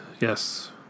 Yes